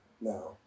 now